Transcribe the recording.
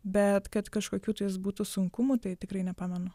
bet kad kažkokių tais būtų sunkumų tai tikrai nepamenu